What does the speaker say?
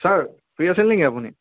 sir free আছিল নেকি আপুনি